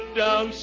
down